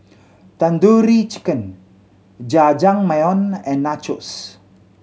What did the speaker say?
Tandoori Chicken Jajangmyeon and Nachos